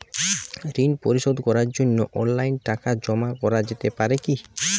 ঋন পরিশোধ করার জন্য অনলাইন টাকা জমা করা যেতে পারে কি?